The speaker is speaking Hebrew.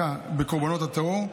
ומתמקדת בקורבנות הטרור,